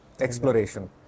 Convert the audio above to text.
Exploration